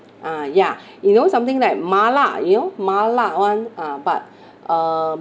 ah ya you know something like mala you know mala [one] ah but um